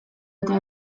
eta